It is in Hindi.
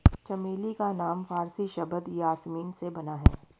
चमेली का नाम फारसी शब्द यासमीन से बना है